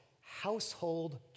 household